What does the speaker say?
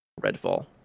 Redfall